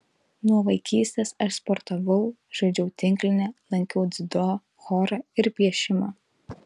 nuo vaikystės aš sportavau žaidžiau tinklinį lankiau dziudo chorą ir piešimą